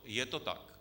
Je to tak.